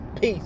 Peace